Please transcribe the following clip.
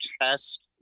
test